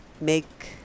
Make